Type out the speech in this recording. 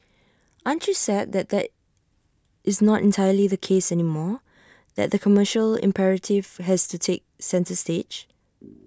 aren't you sad that that is not entirely the case anymore that the commercial imperative has to take centre stage